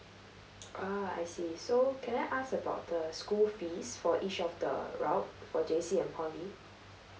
ah I see so can I ask about the school fees for each of the route for J_C and poly